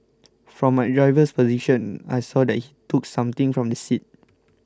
from my driver's position I saw that he took something from the seat